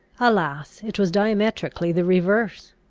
alas, it was diametrically the reverse!